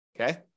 Okay